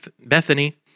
Bethany